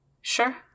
Sure